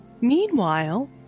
Meanwhile